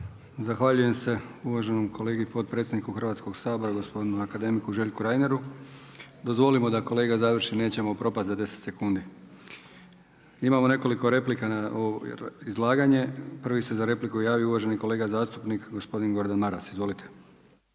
Zahvaljujem se uvaženom kolegi potpredsjedniku Hrvatskog sabora gospodinu akademiku Željku Reineru. Dozvolimo da kolega završi, nećemo propasti za 10 sekundi. Imamo nekoliko replika na ovo izlaganje. Prvi se za repliku javio uvaženi kolega zastupnik gospodin Gordan Maras. Izvolite.